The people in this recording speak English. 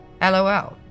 lol